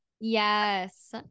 Yes